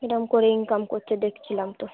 এরকম করে ইনকাম করছে দেখছিলাম তো